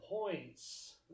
points